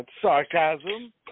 sarcasm